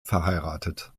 verheiratet